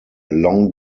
long